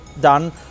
done